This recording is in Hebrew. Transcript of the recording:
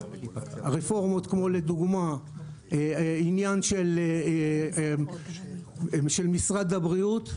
כמו העניין של משרד הבריאות.